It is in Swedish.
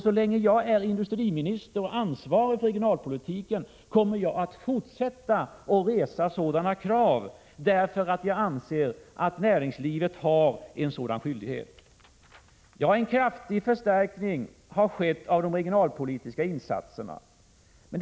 Så länge jag är industriminister och ansvarig för regionalpolitiken kommer jag att fortsätta att resa dessa krav, därför att jag anser att näringslivet har en sådan skyldighet. En kraftig förstärkning av de regionalpolitiska insatserna har skett.